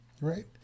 right